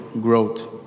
growth